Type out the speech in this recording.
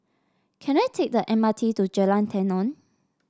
can I take the M R T to Jalan Tenon